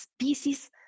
species